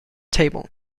table